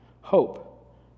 hope